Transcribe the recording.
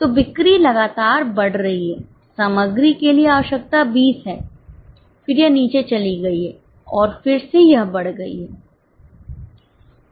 तो बिक्री लगातार बढ़ रही है सामग्री के लिए आवश्यकता 20 है फिर यह नीचे चली गई और फिर से यह बढ़ गई है